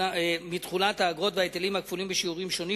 מתחולת האגרות וההיטלים הקבועים בשיעורים שונים.